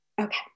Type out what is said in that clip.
Okay